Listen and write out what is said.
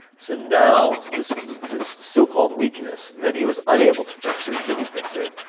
so now this this so-called weakness that he was unable to fix so he didn't fix it,